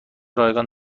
رایگان